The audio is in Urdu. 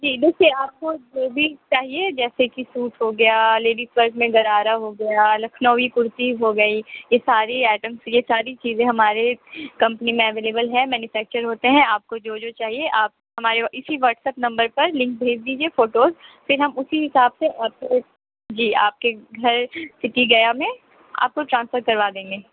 جی جیسے آپ کو جو بھی چاہیے جیسے کہ سوٹ ہو گیا لیڈیز ورک میں غرارہ ہو گیا لکھنوی کرتی ہو گئی یہ ساری آئٹمس یہ ساری چیزیں ہمارے کمپنی میں اویلیبل ہیں مینوفیکچر ہوتے ہیں آپ کو جو جو چاہیے آپ ہمارے اسی واٹسپ نمبر پر لنک بھیج دیجیے فوٹوز پھر ہم اسی حساب سے آپ کو جی آپ کے گھر سٹی گیا میں آپ کو ٹرانسفر کروا دیں گے